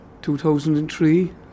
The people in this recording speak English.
2003